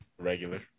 regular